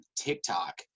TikTok